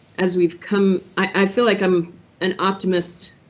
as we've come, i feel like i'm an optimist.